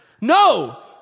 No